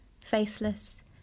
Faceless